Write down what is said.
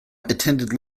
attended